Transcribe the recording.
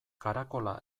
karakola